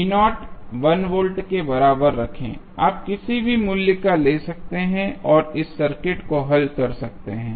1 volt के बराबर रखें आप किसी भी मूल्य को ले सकते हैं और इस सर्किट को हल कर सकते हैं